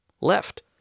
left